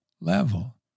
level